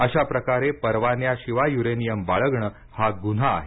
अशाप्रकारे परवान्याशिवाय युरेनियम बाळगणे हा गुन्हा आहे